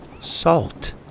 salt